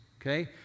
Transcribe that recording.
okay